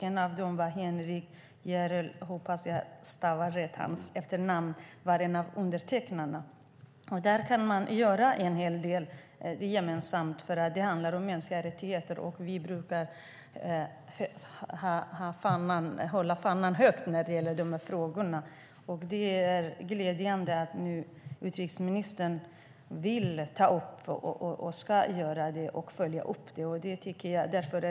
En av undertecknarna var Henrik Järrel. Man kan göra en hel del gemensamt eftersom det handlar om mänskliga rättigheter. Vi brukar hålla fanan högt när det gäller dessa frågor. Det är glädjande att utrikesministern vill och ska följa upp detta.